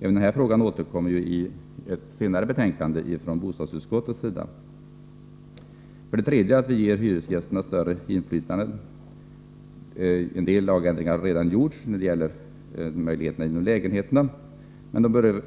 Även den här frågan återkommer, i ett senare betänkande från bostadsutskottet. För det tredje bör hyresgästerna ges ett större inflytande. En del lagändringar har redan gjorts när det gäller möjligheterna att bestämma inom lägenheterna, men hyresgästerna